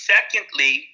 Secondly